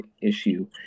issue